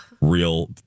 real